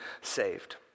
saved